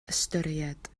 ystyried